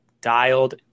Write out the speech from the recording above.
dialed